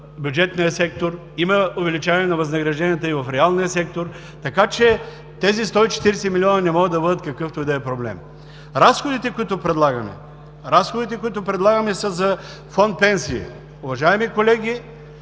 бюджетния сектор, има увеличаване на възнагражденията в реалния сектор, така че тези 140 млн. лв. не могат да бъдат какъвто и да е проблем. Разходите, които предлагаме, са за фонд „Пенсии“. Уважаеми колеги,